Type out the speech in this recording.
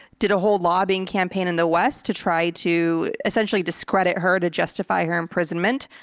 did a whole lobbying campaign in the west to try to essentially discredit her, to justify her imprisonment.